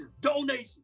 donation